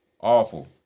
awful